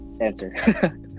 answer